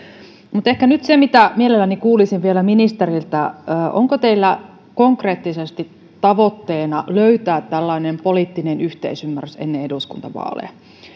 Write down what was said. mutta ehkä nyt se mitä mielelläni kuulisin vielä ministeriltä on se onko teillä konkreettisesti tavoitteena löytää tällainen poliittinen yhteisymmärrys ennen eduskuntavaaleja